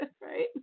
Right